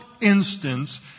instance